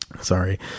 sorry